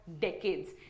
decades